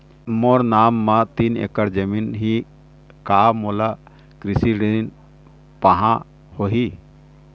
मोर नाम म तीन एकड़ जमीन ही का मोला कृषि ऋण पाहां होही?